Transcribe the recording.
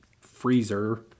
freezer